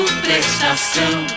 prestação